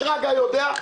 שרגא ברוש יודע,